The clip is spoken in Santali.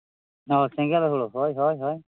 ᱚ ᱥᱮᱸᱜᱮᱞ ᱦᱩᱲᱩ ᱦᱳᱭ ᱦᱳᱭ ᱦᱳᱭ